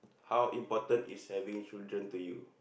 how important is having children to you